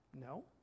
No